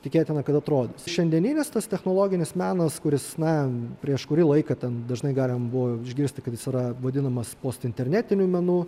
tikėtina kad atrodys šiandieninis tas technologinis menas kuris na prieš kurį laiką ten dažnai galima buvo išgirsti kaip jis yra vadinamas postinternetiniu menu